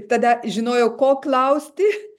tada žinojau ko klausti